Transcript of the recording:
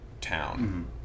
town